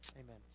Amen